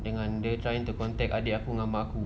dengan dia are trying to contact adik aku dengan mak aku